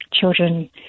children